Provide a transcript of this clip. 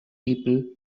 people